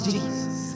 Jesus